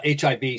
HIV